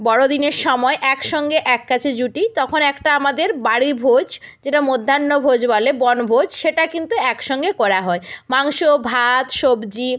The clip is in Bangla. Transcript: বড়দিনের সময় একসঙ্গে এক কাছে জুটি তখন একটা আমাদের বাড়ি ভোজ যেটা মধ্যাহ্নভোজ বলে বনভোজ সেটা কিন্তু একসঙ্গে করা হয় মাংস ভাত সবজি